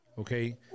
okay